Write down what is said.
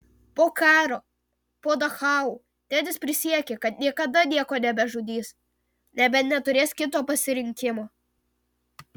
po karo po dachau tedis prisiekė kad niekada nieko nebežudys nebent neturės kito pasirinkimo